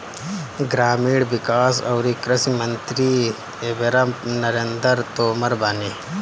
ग्रामीण विकास अउरी कृषि मंत्री एबेरा नरेंद्र तोमर बाने